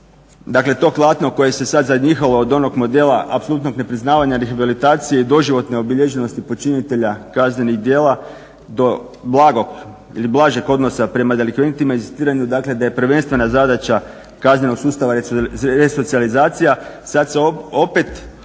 Dakle, to klatno koje se sad zanjihalo od onog modela apsolutnog nepriznavanja rehabilitacije i doživotne obilježenosti počinitelja kaznenih djela do blagog ili blažeg odnosa prema delikventima i inzistiranju, dakle da je prvenstvena zadaća kaznenog sustava resocijalizacija sad se opet